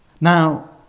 Now